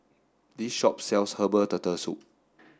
this shop sells herbal turtle soup